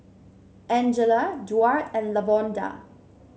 Angela Duard and Lavonda